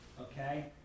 okay